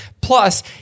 Plus